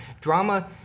drama